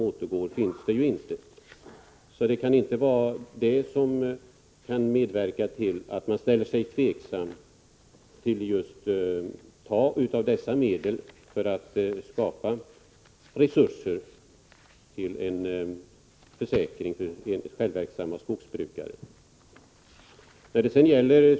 Det kan alltså inte vara detta som ligger bakom att man ställer sig tveksam till att ta av dessa medel för att skapa resurser för en försäkring för självverksamma skogsbrukare.